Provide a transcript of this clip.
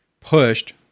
pushed